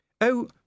Oh